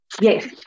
yes